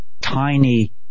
tiny